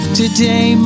today